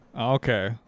Okay